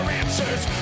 answers